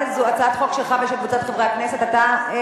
וקבוצת חברי הכנסת.